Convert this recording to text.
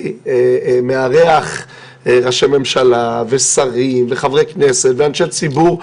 שם מארח ראשי ממשלה ושרים וחברי כנסת ואנשי ציבור,